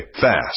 fast